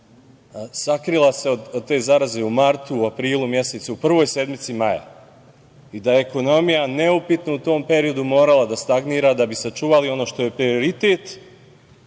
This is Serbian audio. sakrila se od te zaraze u martu, aprilu mesecu, u prvoj sedmici maja i da je ekonomija neupitno u tom periodu morala da stagnira da bi sačuvali ono što je prioritet